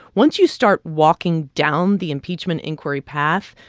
once you start walking down the impeachment inquiry path,